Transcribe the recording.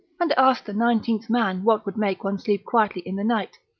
and asked the nineteenth man what would make one sleep quietly in the night,